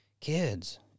Kids